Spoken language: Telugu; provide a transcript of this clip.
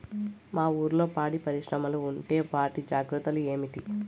మీ ఊర్లలో పాడి పరిశ్రమలు ఉంటే వాటి జాగ్రత్తలు ఏమిటి